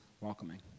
welcoming